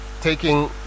taking